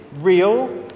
real